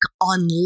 on